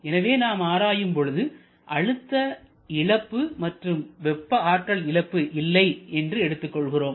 எனவே நாம் ஆராயும் பொழுது அழுத்த இழப்பு மற்றும் வெப்பஆற்றல் இழப்பு இல்லை என்று எடுத்துக் கொள்கிறோம்